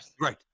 Right